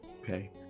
okay